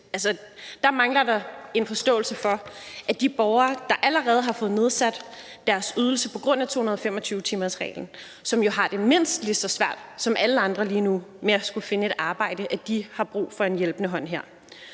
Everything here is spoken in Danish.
her mangler der en forståelse for, at de borgere, der allerede har fået nedsat deres ydelse på grund af 225-timersreglen, og som jo har det mindst lige så svært som alle andre lige nu med at skulle finde et arbejde, har brug for en hjælpende hånd her.